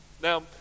Now